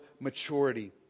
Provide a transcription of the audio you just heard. maturity